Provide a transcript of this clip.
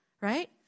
right